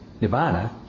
nirvana